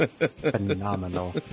phenomenal